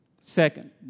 Second